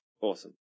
Awesome